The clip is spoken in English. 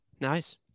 Nice